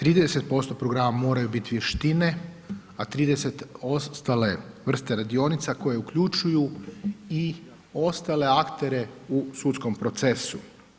30% programa moraju biti vještine a 30 ostale vrste radionica koje uključuju i ostale aktere u sudskom procesu.